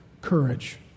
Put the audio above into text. courage